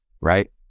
right